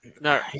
No